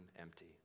empty